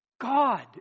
God